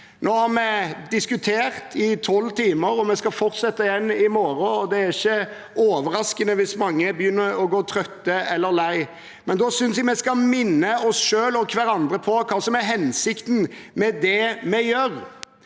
Nå har vi diskutert i tolv timer, vi skal fortsette i morgen, og det er ikke overraskende om mange begynner å bli trøtte eller gå lei. Men da synes jeg vi skal minne oss selv og hverandre på hva som er hensikten med det vi gjør.